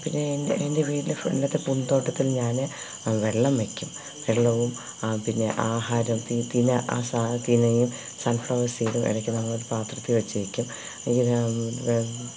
പിന്നെ എന്റെ എന്റെ വീട്ടിലെ ഫ്രണ്ടത്തെ പൂന്തോട്ടത്തില് ഞാന് വെള്ളം വെക്കും വെള്ളവും പിന്നെ ആഹാരം തി തിന ആ സാദാ തിനയും സണ്ഫ്ലവര് സീഡും ഉടയ്ക്ക് നമ്മളൊരു പാത്രത്തില് വച്ചേയ്ക്കും